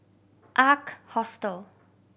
Ark Hostel